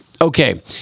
Okay